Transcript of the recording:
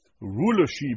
rulership